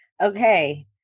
okay